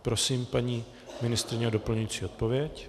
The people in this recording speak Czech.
Prosím paní ministryni o doplňující odpověď.